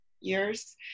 years